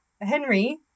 Henry